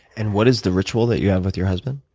and what is the ritual that you have with your husband?